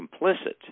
complicit